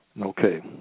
okay